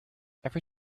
every